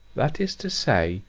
that is to say,